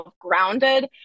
grounded